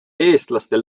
eestlaste